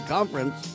Conference